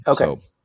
Okay